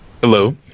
Hello